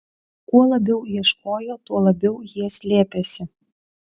kuo labiau ieškojo tuo labiau jie slėpėsi